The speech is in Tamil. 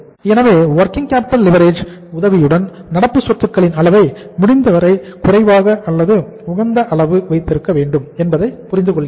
எனவே வொர்கிங் கேப்பிட்டல் லிவரேஜ் உதவியுடன் நடப்பு சொத்துக்களின் அளவை முடிந்தவரை குறைவாக அல்லது உகந்த அளவு வைத்திருக்க வேண்டும் என்பதை புரிந்து கொள்கிறோம்